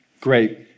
Great